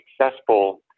successful